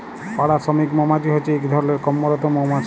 পাড়া শ্রমিক মমাছি হছে ইক ধরলের কম্মরত মমাছি